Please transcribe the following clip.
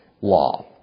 law